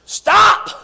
stop